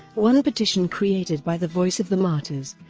one petition created by the voice of the martyrs,